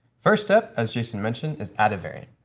first step, as jason mentioned, is add a variant.